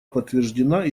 подтверждена